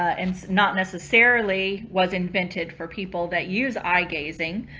and not necessarily was invented for people that use eye gazing,